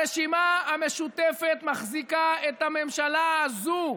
הרשימה המשותפת מחזיקה את הממשלה הזו: